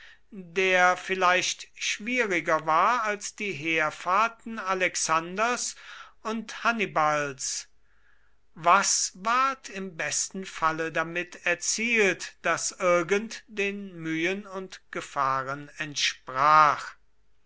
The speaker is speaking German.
der vielleicht schwieriger war als die heerfahrten alexanders und hannibals was ward im besten falle damit erzielt das irgend den mühen und gefahren entsprach